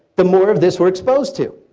the more of this we're exposed to.